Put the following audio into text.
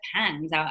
depends